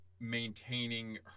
maintaining